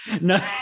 No